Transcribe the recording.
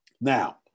Now